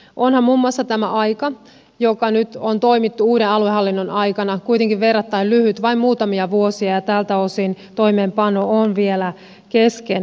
onhan muun muassa tämä aika joka nyt on toimittu uuden aluehallinnon aikana kuitenkin verrattain lyhyt vain muutamia vuosia ja tältä osin toimeenpano on vielä keskeneräinen